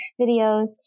videos